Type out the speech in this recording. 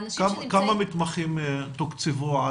כמה מתמחים תוקצבו?